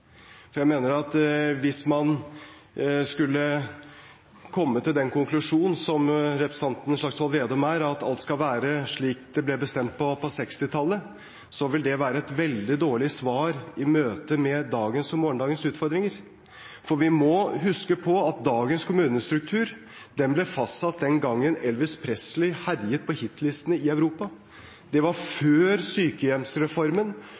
Jeg mener at hvis man skulle komme til den konklusjonen som representanten Slagsvold Vedum har, at alt skal være slik det ble bestemt på 1960-tallet, vil det være et veldig dårlig svar i møtet med dagens og morgendagens utfordringer. For vi må huske på at dagens kommunestruktur ble fastsatt den gangen Elvis Presley herjet på hitlistene i Europa. Det var før sykehjemsreformen,